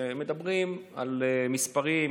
כשמדברים על מספרים,